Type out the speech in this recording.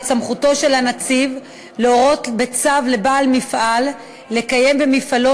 את סמכותו של הנציב להורות בצו לבעל מפעל לקיים במפעלו